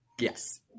Yes